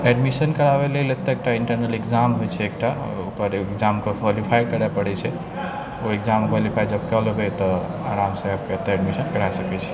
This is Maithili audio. एडमिशन कराबै लेल एतऽ इन्टरनल एक्जाम होइ छै एकटा ओकर एक्जामके क्वालिफाइ करऽ पड़ै छै ओ एक्जाम क्वालिफाइ जब कऽ लेबै तऽ आरामसँ आबिकऽ एतऽ एडमिशन करा सकै छी